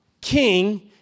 king